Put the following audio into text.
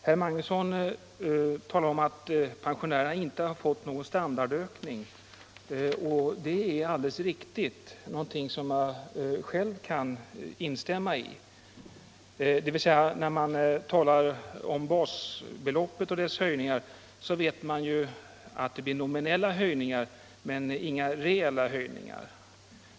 Herr Magnusson i Nennesholm sade att pensionärerna inte har fått någon standardökning, och det är alldeles riktigt — det kan jag instämma i. När man talar om basbeloppet och dess höjningar vet man ju att det blir nominella höjningar men inga reella höjningar.